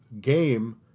game